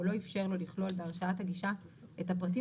או לא אפשר לו לכלול בהרשאת הגישה את הפרטים